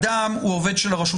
אדם הוא עובד של הרשות